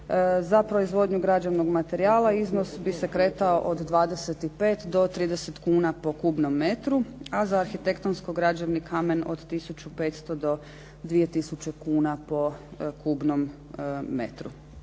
za proizvodnju građevnog materijala iznos bi se kretao od 25 do 30 kuna po kubnom metru a za arhitektonsko građevni kamen od tisuću 500 do 2 tisuće kuna po kubnom metru,